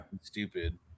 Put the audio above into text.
stupid